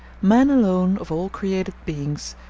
man alone, of all created beings,